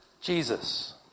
Jesus